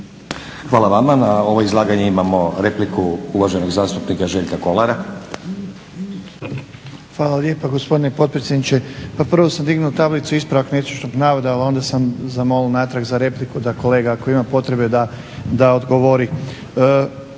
Hvala vama. Na ovo izlaganje imamo repliku uvaženog zastupnika Željka Kolara. **Kolar, Željko (SDP)** Hvala lijepa gospodine potpredsjedniče. Pa prvo sam dignuo tablicu ispravak netočnog navoda, ali onda sam zamolio natrag za repliku da kolega ako ima potrebe da odgovori.